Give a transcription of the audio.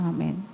Amen